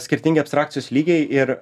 skirtingi abstrakcijos lygiai ir